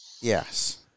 Yes